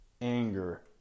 anger